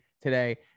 today